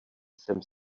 jsem